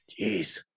Jeez